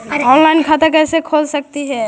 Online खाता कैसे खोल सकली हे कैसे?